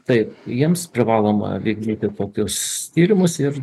taip jiems privaloma vykdyti tokius tyrimus ir